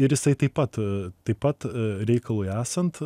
ir jisai taip pat taip pat reikalui esant